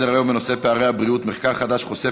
הצעות לסדר-היום בנושא: פערי הבריאות: מחקר חדש חושף